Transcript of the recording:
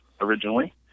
originally